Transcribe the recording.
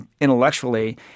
intellectually